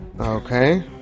Okay